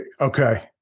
okay